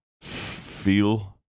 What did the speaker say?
feel